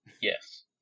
Yes